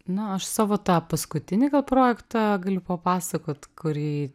na aš savo tą paskutinį projektą galiu papasakot kurį